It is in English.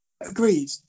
Agreed